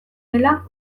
dela